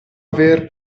aver